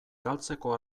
galtzeko